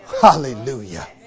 Hallelujah